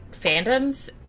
fandoms